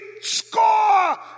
score